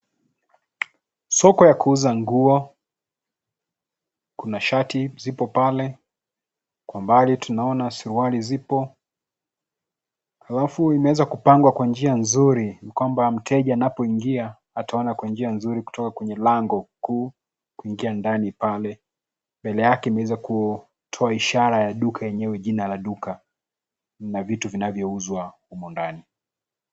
Soko ya kuuza nguo. Kuna shati zipo pale, kwa mbali tunaona surwali zipo, alafu imeweza kupangwa kwa njia nzuri kwamba mteja anapoingia, ataona kwa njia nzuri kutoka kwenye lango kuu kuingia ndani pale. Mbele yake imeweza kutoa ishara ya duka yenyewe jina la duka, na vitu vinavyouzwa humo ndani.